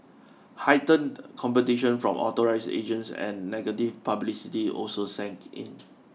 heightened competition from authorised agents and negative publicity also sank in